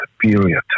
period